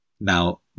Now